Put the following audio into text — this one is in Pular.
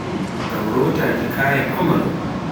ngam rotaaki kayaa famaarum.